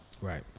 Right